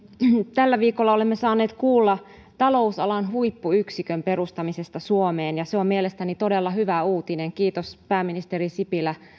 tällä viikolla olemme saaneet kuulla talousalan huippuyksikön perustamisesta suomeen se on mielestäni todella hyvä uutinen kiitos pääministeri sipilä